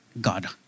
god